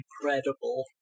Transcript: incredible